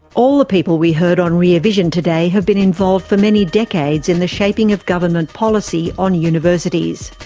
all of the people we heard on rear vision today have been involved for many decades in the shaping of government policy on universities.